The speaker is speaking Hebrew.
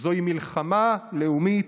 זוהי מלחמה לאומית,